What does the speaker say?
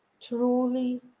truly